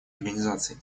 организаций